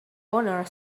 owner